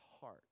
heart